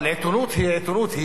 אבל העיתונות היא עיתונות.